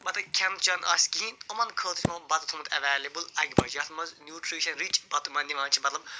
مطلب کھٮ۪ن چٮ۪ن آسہِ کِہیٖنۍ یِمَن خٲطرٕ چھِ یِمو بَتہٕ تھوٚمُت اٮ۪وٮ۪لیبٕل اَکہِ بَجہِ یَتھ منٛز نیوٗٹریٖشَن رِچ بَتہٕ یِمَن نِوان چھِ مطلب